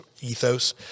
ethos